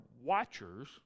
watchers